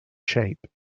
shape